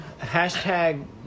Hashtag